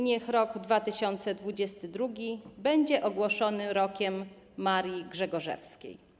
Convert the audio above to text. Niech rok 2022 będzie ogłoszony Rokiem Marii Grzegorzewskiej.